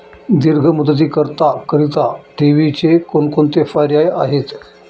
दीर्घ मुदतीकरीता ठेवीचे कोणकोणते पर्याय आहेत?